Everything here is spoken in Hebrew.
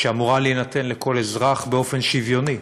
שאמורה להינתן לכל אזרח באופן שוויוני.